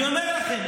אני אומר לכם.